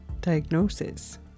diagnosis